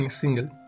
single